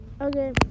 Okay